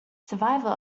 survival